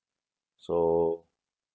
so